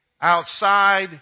outside